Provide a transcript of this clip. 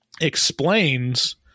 explains